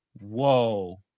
Whoa